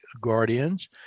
Guardians